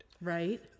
Right